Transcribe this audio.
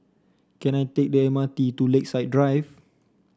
can I take the M R T to Lakeside Drive